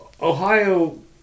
ohio